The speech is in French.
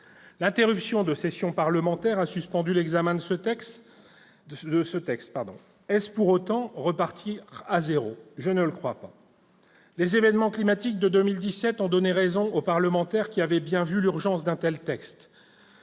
L'interruption de la session parlementaire a suspendu l'examen de ce texte. Est-on pour autant reparti de zéro ? Je ne le crois pas. Les événements climatiques de 2017 ont donné raison aux parlementaires qui avaient bien vu l'urgence d'un tel texte.